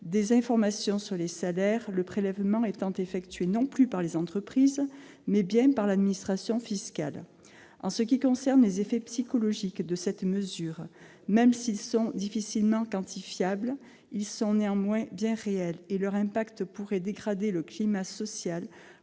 des informations sur les salaires, ce prélèvement étant effectué non plus par les entreprises, mais bien par l'administration fiscale. En ce qui concerne les effets psychologiques de cette mesure, ils sont bien réels, même s'ils sont difficilement quantifiables, et leur impact pourrait dégrader le climat social